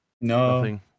No